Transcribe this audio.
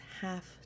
half